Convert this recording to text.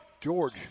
George